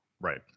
Right